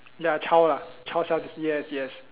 ya child ah child self dis~ yes yes